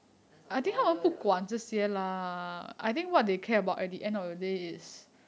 那种 lawyer 的